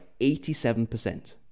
87%